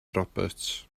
roberts